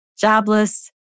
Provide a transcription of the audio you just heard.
jobless